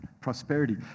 prosperity